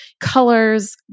colors